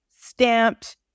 stamped